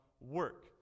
work